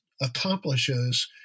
accomplishes